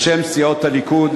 בשם סיעות הליכוד,